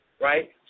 right